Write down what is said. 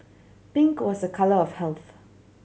pink was a colour of health